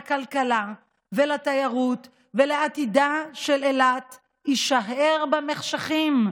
לכלכלה, לתיירות ולעתידה של אילת יישאר במחשכים.